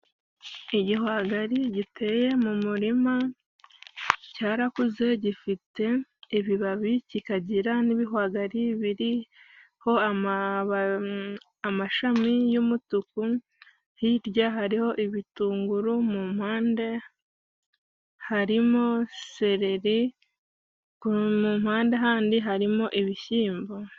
Igihwagari giteye mu murima cyarakuze gifite ibibabi，kikagira n'ibihwagari biriho amashami y'umutuku，hirya hariho ibitunguru， mu mpande harimo seleri，ku mpande handi harimo ibishyimbo.